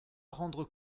rendre